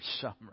summer